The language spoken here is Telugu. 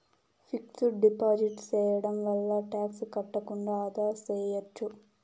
ఫిక్స్డ్ డిపాజిట్ సేయడం వల్ల టాక్స్ కట్టకుండా ఆదా సేయచ్చు